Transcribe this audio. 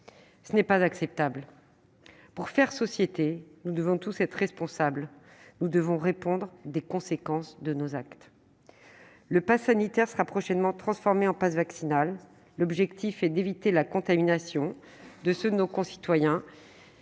Ce n'est pas acceptable. Pour faire société, nous devons tous être responsables, nous devons répondre des conséquences de nos actes. Le passe sanitaire sera prochainement transformé en passe vaccinal. L'objectif est d'éviter la contamination de ceux de nos concitoyens